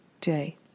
day